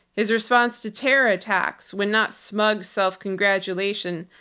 his response to terror attacks, when not smug self-congratulation,